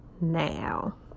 now